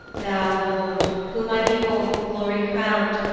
thou, lord, whom i behold with glory crown'd,